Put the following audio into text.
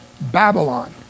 Babylon